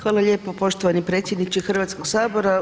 Hvala lijepo poštovani predsjedniče Hrvatskog sabora.